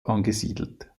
angesiedelt